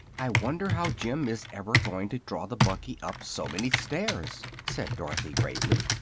i wonder how jim is ever going to draw the buggy up so many stairs, said dorothy, gravely.